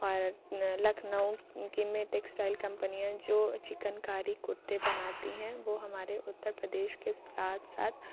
اور لکھنؤ کی میں ٹیکسٹائل کمپنیاں جو چکن کاری کرتے بناتی ہیں وہ ہمارے اتر پردیش کے ساتھ ساتھ